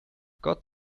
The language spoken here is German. gott